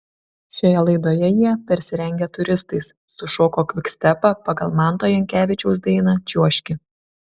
šioje laidoje jie persirengę turistais sušoko kvikstepą pagal manto jankavičiaus dainą čiuožki